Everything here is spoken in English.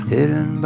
Hidden